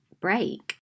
break